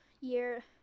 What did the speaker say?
year